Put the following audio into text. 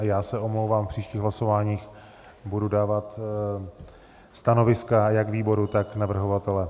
Já se omlouvám, v příštích hlasováních budu dávat stanoviska jak výboru, tak navrhovatele.